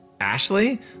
ashley